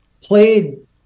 played